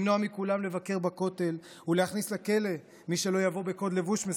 למנוע מכולם לבקר בכותל ולהכניס לכלא מי שלא יבוא בקוד לבוש מסוים.